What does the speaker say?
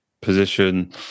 position